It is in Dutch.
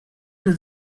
een